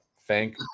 Thank